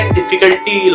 difficulty